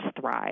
thrive